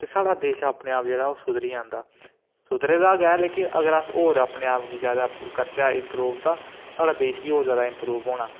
साढ़ा देश अपने आप जेह्ड़ा सुधरी औंदा सुधरे दा गै लेकिन अगर अस होर अपने आप गी करचै इम्प्रूव ते साढ़ा देश बी होर जैदा इम्प्रूव होना